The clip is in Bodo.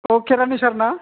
अ केरानि सार ना